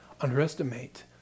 underestimate